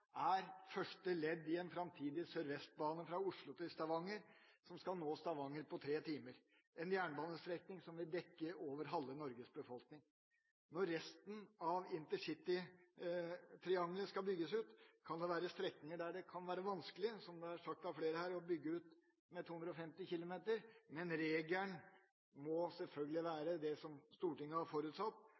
er første ledd i en framtidig sørvestbane fra Oslo til Stavanger som skal nå Stavanger på tre timer, en jernbanestrekning som vil nå over halve Norges befolkning. Når resten av intercitytriangelet skal bygges ut, kan det være strekninger der det er vanskelig, som det er sagt av flere, å bygge for 250 km/t, men regelen må selvfølgelig være det som Stortinget har forutsatt: